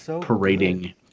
parading